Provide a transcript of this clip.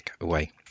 away